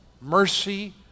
mercy